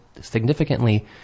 significantly